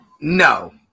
No